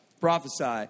Prophesy